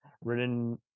written